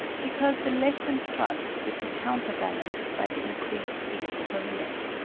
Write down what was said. because the lessened thrust would be counterbalanced by the increased speed per minute.